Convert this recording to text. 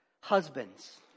husbands